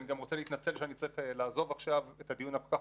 אני גם רוצה להתנצל שאני צריך לעזוב עכשיו את הדיון הכול כך